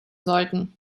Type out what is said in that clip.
sollten